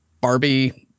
Barbie